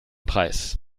preis